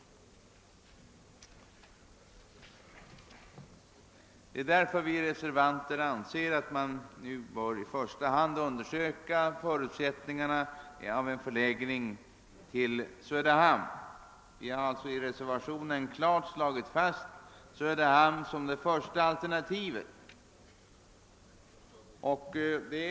Vi reservanter anser därför att man nu i första hand bör undersöka förutsättningarna för en förläggning till Söderhamn. Vi har i reservationen klart fastslagit Söderhamn som det första alternativet.